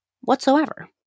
whatsoever